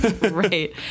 Right